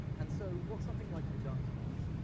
and so, what something like redux does,